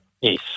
Yes